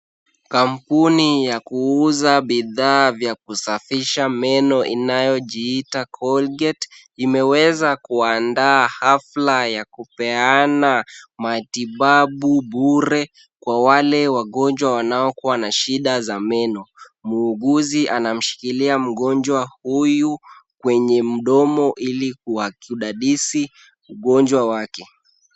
Kampuni ya kuuza bidhaa vya kusafisha meno inayojiita colgate , imeweza kuandaa hafla ya kupeana matibabu bure, kwa wale wagonjwa wanaokuwa na shida za meno. Muuguzi anamshikilia mgonjwa huyu kwenye mdomo ili kudadisi ugonjwa wake.